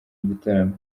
igitaramo